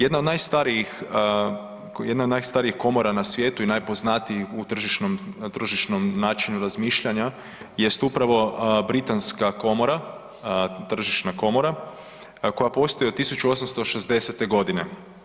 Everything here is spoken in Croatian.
Jedna od najstarijih, jedna od najstarijih komora na svijetu i najpoznatijih u tržišnom, na tržišnom načinu razmišljanja jest upravo Britanska komora tržišna komora koja postoji od 1860. godine.